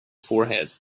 forehead